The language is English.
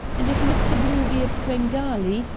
and if mr. bluebeard svengali,